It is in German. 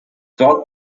dort